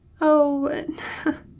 Oh